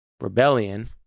rebellion